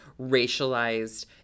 racialized